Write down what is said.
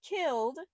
killed